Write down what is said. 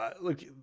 look